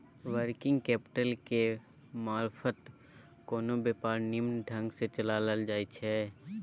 working capital केर मारफत कोनो व्यापार निम्मन ढंग सँ चलाएल जाइ छै